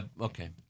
okay